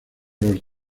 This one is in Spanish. los